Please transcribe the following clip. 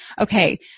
okay